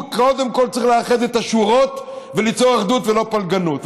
קודם כול צריך לאחד את השורות וליצור אחדות ולא פלגנות.